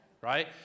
Right